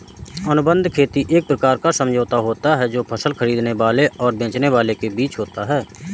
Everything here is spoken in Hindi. अनुबंध खेती एक प्रकार का समझौता होता है जो फसल खरीदने वाले और बेचने वाले के बीच होता है